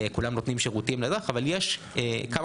כולם נותנים שירותים לאזרח אבל יש כמה